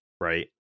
right